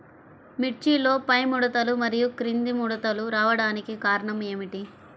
మిర్చిలో పైముడతలు మరియు క్రింది ముడతలు రావడానికి కారణం ఏమిటి?